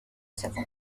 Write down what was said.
تکون